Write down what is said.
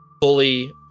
fully